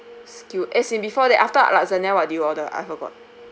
skew as in before that after lasagna what did you order I've forgot